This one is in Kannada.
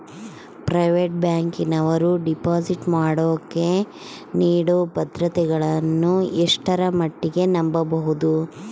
ಪ್ರೈವೇಟ್ ಬ್ಯಾಂಕಿನವರು ಡಿಪಾಸಿಟ್ ಮಾಡೋಕೆ ನೇಡೋ ಭದ್ರತೆಗಳನ್ನು ಎಷ್ಟರ ಮಟ್ಟಿಗೆ ನಂಬಬಹುದು?